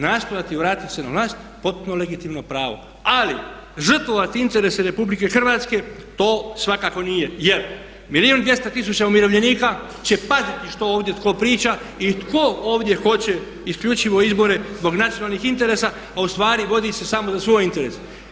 Nastojati vratiti se na vlast je potpuno legitimno pravo ali žrtvovati interese RH jer milijun i 200 tisuća umirovljenika će paziti što ovdje tko priča i tko ovdje hoće isključivo izbore zbog nacionalnih interesa a ustvari vodi se samo za svoj interes.